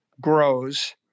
grows